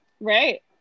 right